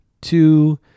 Two